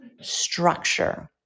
structure